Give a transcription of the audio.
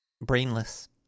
Brainless